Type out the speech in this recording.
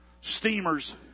steamers